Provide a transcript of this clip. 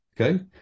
Okay